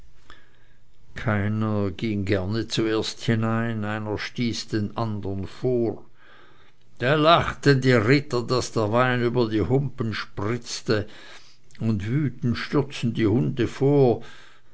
keiner ging gerne zuerst hinein einer stieß den andern vor da lachten die ritter daß der wein über die humpen spritzte und wütend stürzten die hunde vor